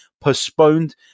postponed